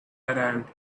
arrived